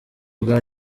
bwa